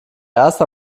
erst